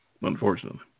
unfortunately